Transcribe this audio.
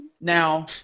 now